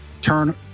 turn